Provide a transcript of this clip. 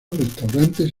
restaurantes